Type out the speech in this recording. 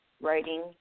writing